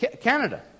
Canada